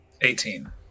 Eighteen